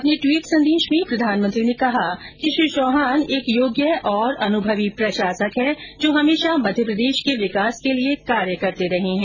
अपने ट्वीट संदेश में प्रधानमंत्री ने कहा कि श्री चौहान एक योग्य और अनुभवी प्रशासक हैं जो हमेशा मध्यप्रदेश के विकास के लिए कार्य करते रहे है